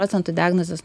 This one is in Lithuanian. procentų diagnozės